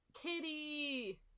Kitty